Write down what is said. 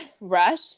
Rush